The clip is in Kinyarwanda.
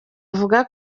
avuga